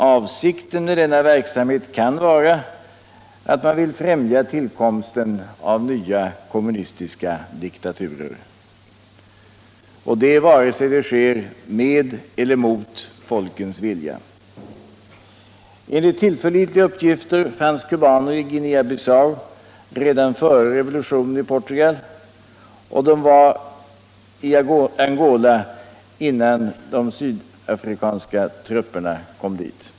Avsikten med denna verksamhet kan vara att främja tillkomsten av kommunistiska diktaturer, vare sig detta sker med eller mot folkens vilja. Enligt tillförlitliga uppgifter fanns kubaner i Guinea-Bissau redan före revolutionen i Portugal, och de var i Angola innan sydafrikanska trupper kom dit.